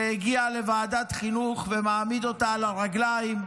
שהגיע לוועדת החינוך ומעמיד אותה על הרגליים,